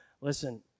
listen